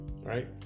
right